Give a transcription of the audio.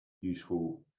useful